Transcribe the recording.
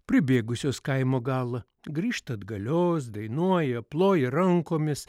pribėgusios kaimo galą grįžta atgalios dainuoja ploja rankomis